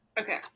okay